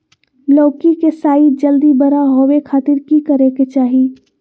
लौकी के साइज जल्दी बड़ा होबे खातिर की करे के चाही?